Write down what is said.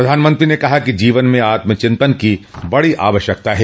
प्रधानमंत्री ने कहा कि जीवन में आत्मचिंतन की बड़ी आवश्यकता है